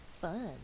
Fun